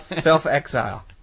Self-exile